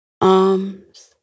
arms